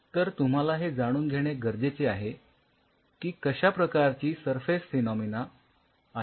तर तुम्हाला हे जाणून घेणे गरजेचे आहे की कश्या प्रकारची सरफेस फेनॉमिना आहे